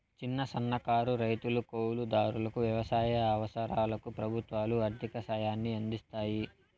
చిన్న, సన్నకారు రైతులు, కౌలు దారులకు వ్యవసాయ అవసరాలకు ప్రభుత్వాలు ఆర్ధిక సాయాన్ని అందిస్తాయి